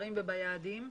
וביעדים.